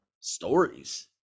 stories